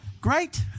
Great